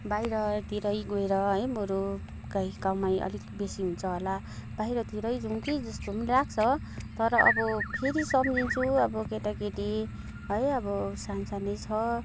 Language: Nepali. बाहिरतिरै गएर है बरू कही कमाई अलिक बेसी हुन्छ होला बाहिरतिर जाउँ कि जस्तो पनि लाग्छ तर अब फेरि सम्झिन्छु अब केटाकेटी है अब सानसानै छ